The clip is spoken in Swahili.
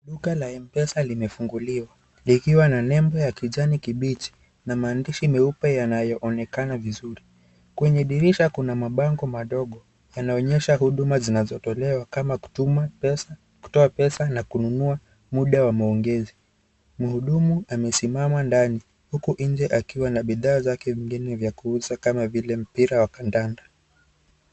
Duka la Mpesa limefunguliwa, likiwa na nembo ya kijani kibichi na maandishi meupe yanayoonenaka vizuri. Kwenye dirisha kuna mabango madogo yanaonyesha huduma zinazotolewa kama kutuma pesa, kutoa pesa na kununua muda wa maongezi. Mhudumu amesimama ndani. Huku nje akiwa na bidhaa zake zingine za kuuza kama vile mpira wa kandanda.